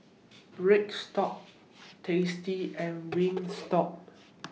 stock tasty and Wingstop